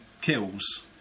kills